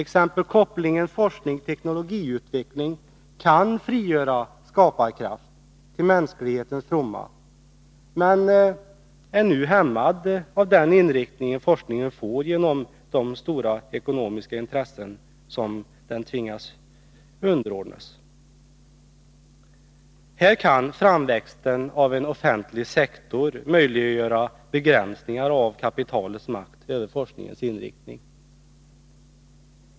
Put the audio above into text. Exempelvis kan kopplingen forskning-teknologiutveckling frigöra skaparkraft till mänsklighetens fromma, men den är nu hämmad av den inriktning forskningen får genom de stora ekonomiska intressen som den tvingas underordnas. Här kan framväxten av en offentlig sektor möjliggöra begränsningar av kapitalets makt över forskningens inriktning.